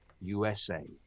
USA